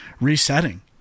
resetting